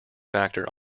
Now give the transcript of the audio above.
factor